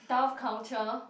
Dove Culture